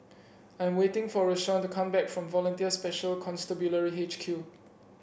I'm waiting for Rashawn to come back from Volunteer Special Constabulary H Q